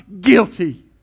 guilty